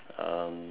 um